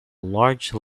large